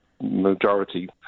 majority